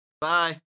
Bye